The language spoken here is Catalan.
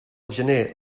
gener